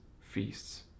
feasts